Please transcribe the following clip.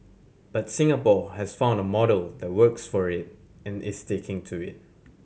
but Singapore has found a model that works for it and is sticking to it